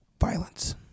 violence